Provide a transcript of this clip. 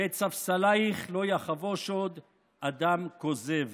ואת ספסלייך לא יחבוש עוד אדם כוזב.